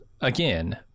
Again